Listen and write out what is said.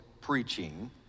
preaching